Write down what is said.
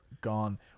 gone